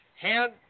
hand